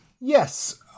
Yes